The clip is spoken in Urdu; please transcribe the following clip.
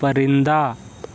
پرندہ